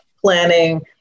planning